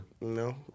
No